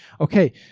Okay